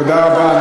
תודה רבה.